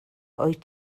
wyt